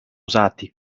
usati